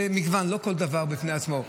זה מגוון, לא כל דבר בפני עצמו.